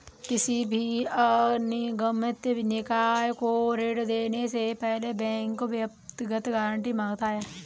किसी भी अनिगमित निकाय को ऋण देने से पहले बैंक व्यक्तिगत गारंटी माँगता है